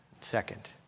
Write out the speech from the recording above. second